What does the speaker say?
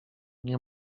nie